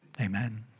amen